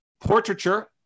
portraiture